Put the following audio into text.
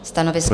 Stanovisko?